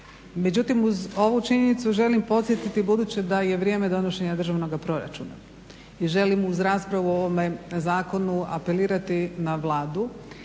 Međutim, uz ovu činjenicu želim posjetiti, budući da je vrijeme donošenja državnoga proračuna, i želim uz raspravu o ovome zakonu apelirati na Vladu